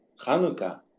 Hanukkah